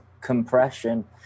compression